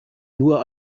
nur